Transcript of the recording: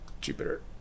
Jupiter